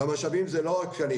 והמשאבים זה לא רק תקנים.